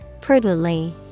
Prudently